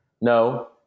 No